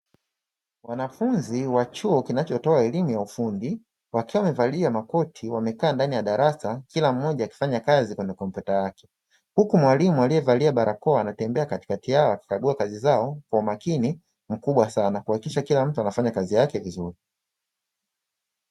Wanafunzi wa chuo kinachotoa elimu ya ufundi wakiwa wamevalia makoti, wamekaa ndani ya darasa, kila mmoja akifanya kazi kwenye kompyuta yake. Huku mwalimu akitembea katikati yao akikagua kazi zao kwa umakini mkubwa sana, kuhakikisha kila mtu anafanya kazi yake vizuri.